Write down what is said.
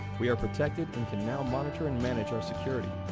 we are protected and can now monitor and manage our security.